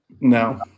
No